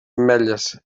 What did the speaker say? ametlles